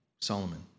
Solomon